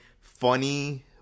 funny